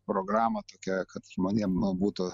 programa tokia kad žmonėm būtų